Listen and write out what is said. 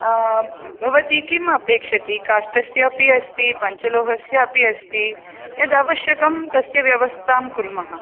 भवती किम् अपेक्षति काष्ठस्य अपि अस्ति पञ्चलोहस्य अपि अस्ति यद् अवश्यकं तत् व्यवस्थां कुर्मः